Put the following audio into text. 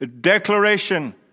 declaration